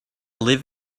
live